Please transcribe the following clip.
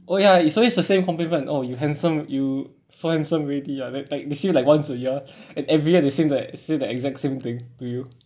oh ya it's always the same compliment oh you handsome you so handsome already ah like like they see you like once a year and every year they seem like say the exact same thing to you